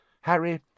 Harry